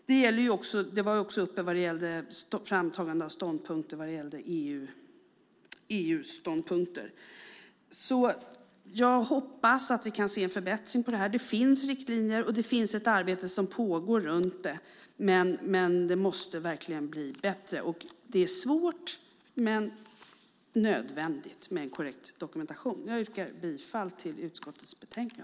Det var också uppe när det gällde framtagande av EU-ståndpunkter. Jag hoppas att vi kan se en förbättring här. Det finns riktlinjer och det finns ett arbete som pågår med det här, men det måste verkligen bli bättre. Och det är svårt men nödvändigt med en korrekt dokumentation. Jag yrkar på godkännande av konstitutionsutskottets anmälan.